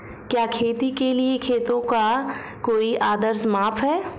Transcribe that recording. क्या खेती के लिए खेतों का कोई आदर्श माप है?